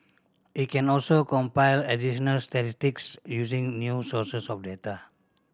it can also compile additional statistics using new sources of data